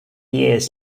years